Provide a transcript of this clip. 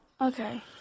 Okay